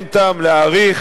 אין טעם להאריך,